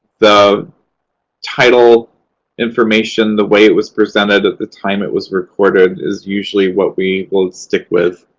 the title information, the way it was presented at the time it was recorded is usually what we will stick with.